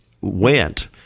went